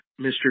Mr